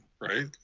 right